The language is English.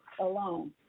alone